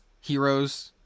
heroes